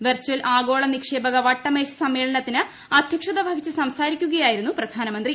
virtual ആഗോള നിക്ഷേപക വട്ടമേശ സമ്മേളനത്തിന് അദ്ധ്യക്ഷത വഹിച്ചു സംസാരിക്കുകയായിരുന്നു പ്രധാനമന്ത്രി